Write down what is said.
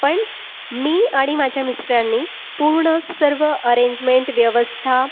पण मी आणि माझ्या मिस्टरांनी पूर्ण सर्व अरेंजमेंट व्यवस्था